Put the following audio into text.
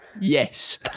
Yes